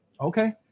okay